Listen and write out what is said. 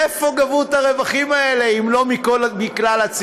מאיפה גבו את הרווחים האלה אם לא מכלל הציבור?